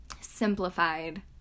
simplified